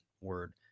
word